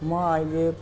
म अहिले